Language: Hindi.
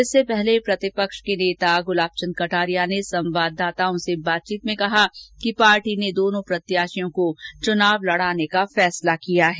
इससे पहले प्रतिपक्ष के नेता गुलाब चंद कटारिया ने संवाददाताओं से बातचीत में कहा कि पार्टी ने दोनों प्रत्याशियों को चुनाव लड़ाने का फैसला किया है